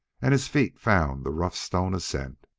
and his feet found the rough stone ascent.